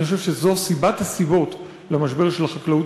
אני חושב שזו סיבת הסיבות למשבר של החקלאות